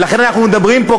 ולכן אנחנו מדברים פה,